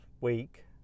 week